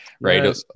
right